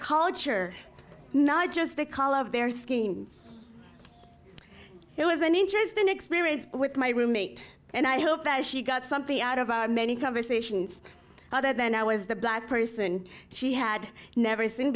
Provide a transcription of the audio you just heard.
culture not just the color of their scheme it was an interesting experience with my roommate and i hope that she got something out of our many conversations other than i was the black person she had never seen